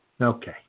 Okay